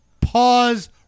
Pause